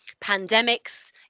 pandemics